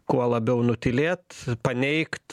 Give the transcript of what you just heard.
kuo labiau nutylėt paneigt